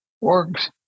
works